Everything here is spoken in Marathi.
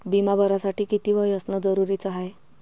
बिमा भरासाठी किती वय असनं जरुरीच हाय?